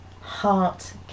heart